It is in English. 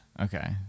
Okay